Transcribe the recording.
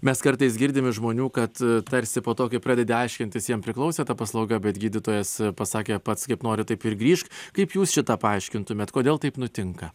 mes kartais girdim iš žmonių kad tarsi po to kai pradedi aiškintis jam priklausė ta paslauga bet gydytojas pasakė pats kaip nori taip ir grįžk kaip jūs šitą paaiškintumėt kodėl taip nutinka